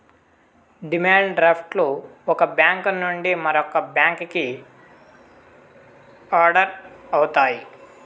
demand draft లు ఒక bank నుండి మరో బ్యాంకుకి ఆర్డర్ అవుతాయి